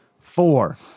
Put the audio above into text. Four